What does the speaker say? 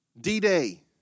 D-Day